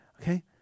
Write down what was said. Okay